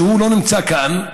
שלא נמצא כאן,